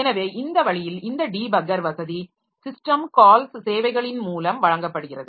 எனவே இந்த வழியில் இந்த டீபக்கர் வசதி சிஸ்டம் கால்ஸ் சேவைகளின் மூலம் வழங்கப்படுகிறது